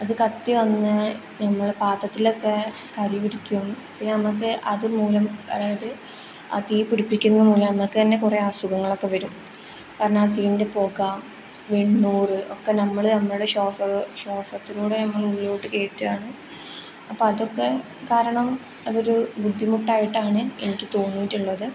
അത് കത്തി വന്ന് നമ്മൾ പാത്രത്തിലൊക്കെ കരി പിടിക്കും പിന്നെ നമുക്ക് അത് മൂലം അതായത് ആ തീ പിടിപ്പിക്കുന്ന മൂലം നമുക്ക് തന്നെ കുറേ അസുഖങ്ങളൊക്കെ വരും കാരണം ആ തീൻ്റെ പുക വെണ്ണൂറ് ഒക്കെ നമ്മൾ നമ്മുടെ ശ്വാസ ശ്വാസത്തിലൂടെ നമ്മൾ ഉള്ളിലോട്ട് കയറ്റുകയാണ് അപ്പം അതൊക്കെ കാരണം അതൊരു ബുദ്ധിമുട്ടായിട്ടാണ് എനിക്ക് തോന്നിയിട്ടുള്ളത്